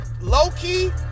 low-key